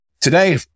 Today